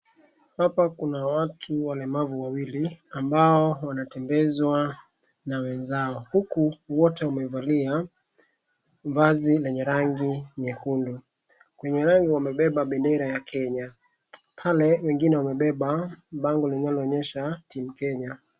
Hapa kuna watu walemavu wawili ambao wanatembezwa na wenzao huku wote wamevalia vazi lenye rangi nyekundu. Kwenye wamebeba bendera ya Kenya. Pale wengine wamebeba bango linaloonyesha team Kenya.